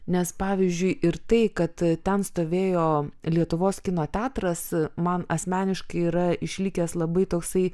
nes pavyzdžiui ir tai kad ten stovėjo lietuvos kino teatras man asmeniškai yra išlikęs labai toksai